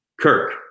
kirk